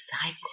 cycle